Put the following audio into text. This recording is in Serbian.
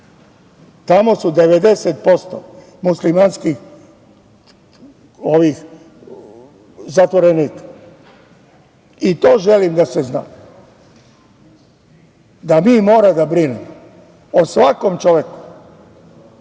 tamo su 90% muslimanski zatvorenici. A i to želim da se zna, da mi moramo da brinemo o svakom čoveku,